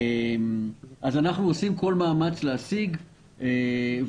אז אנחנו עושים כל מאמץ להשיג ולהגיע.